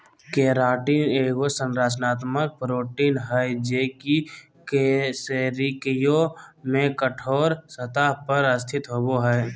keratin एगो संरचनात्मक protein हइ जे कई कशेरुकियों में कठोर सतह पर स्थित होबो हइ